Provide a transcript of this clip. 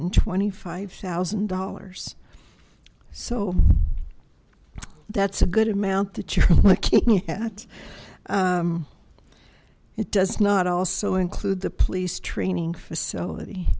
twenty five thousand dollars so that's a good amount that you're looking at it does not also include the police training facility